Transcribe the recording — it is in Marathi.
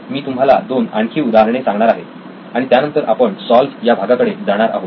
मी तुम्हाला दोन आणखी उदाहरणे सांगणार आहे आणि त्यानंतर आपण सॉल्व्ह या भागाकडे जाणार आहोत